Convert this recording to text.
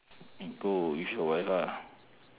go with your wife ah